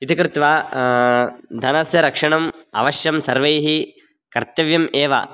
इति कृत्वा धनस्य रक्षणम् अवश्यं सर्वैः कर्तव्यम् एव